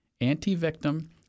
anti-victim